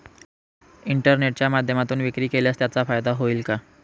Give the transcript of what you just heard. इंटरनेटच्या माध्यमातून विक्री केल्यास त्याचा फायदा होईल का?